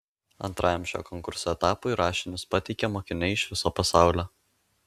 antrajam šio konkurso etapui rašinius pateikia mokiniai iš viso pasaulio